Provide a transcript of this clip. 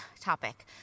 topic